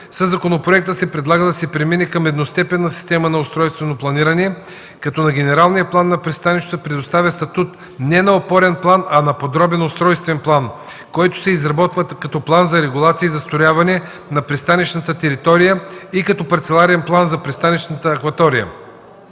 Със законопроекта се предлага да се премине към едностепенна система на устройствено планиране, като на генералния план на пристанището се предоставя статут не на опорен план, а на подробен устройствен план, който се изработва като план за регулация и застрояване за пристанищната територия и като парцеларен план за пристанищната акватория.